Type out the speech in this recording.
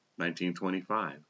1925